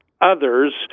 others